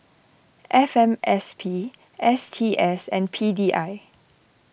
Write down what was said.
F M S P S T S and P D I